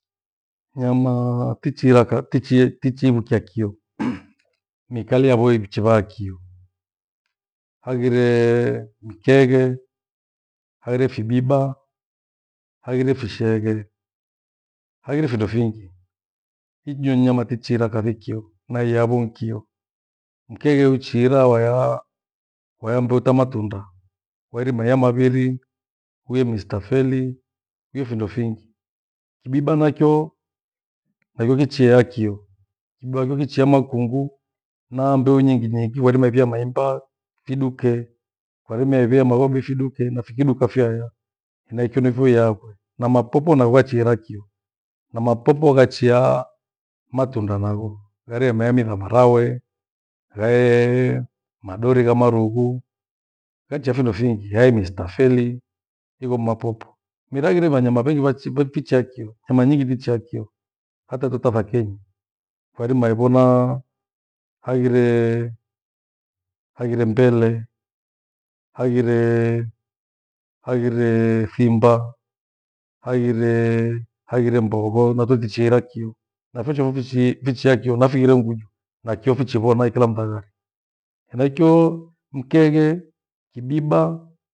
Nyama tichiraka tichi tichi vukia kio. mikalie havoe nichi vakio. Hangiree mikeghe, hangire fibiba, hangire fishenge, hangire findo fingi. Hijinywe nyama tichira kathikio na hiavonkio vitu mkeghe uchiira waya mndo ota tamatunda. Wairima iya maviri uye mistafeli, uye findo fingi. Kibiba nakyio, naio kichiya na kiyo. Kibiba yokichiya makungu na mbeu nyingine ngiweirima ivia maema, fiduke kwa irima ivia maghobe fiduke na fikiduka vyaya. Henaicho nifuiyakwe, na mapopo nagwachirakwio na mapopo ghachia matunda napho. yarimeemwi mizambarawe, ghaee madori ghamarugu, enchia findo fingi yaani mistafeli, ipho mapopo mira kinde manya mabeghi wachi weficha kio emanyingi tichiya kio. Hata tota tha kenyi kwa irima ivonaa, hangire hangire mbele, hangire hangire thimba hangire hangire mbogho nazotichira kio. Nathuchu utuchie vichia kio na firee unguju na kio fichivo naikila mtadhari, henaicho mkheghe, kibiba.